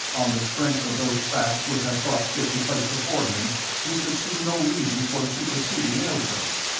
on the strength of those facts which i thought fit to place before him he could see no reason for superseding aylesbury.